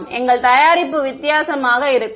மாணவர் எங்கள் தயாரிப்பு வித்தியாசமாக இருக்கும்